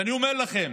ואני אומר לכם,